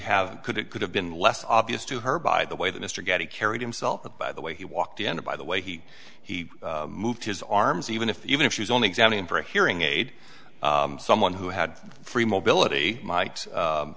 have could it could have been less obvious to her by the way that mr getty carried himself up by the way he walked into by the way he he moved his arms even if even if she was only examining for a hearing aid someone who had free mobility might